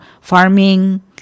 farming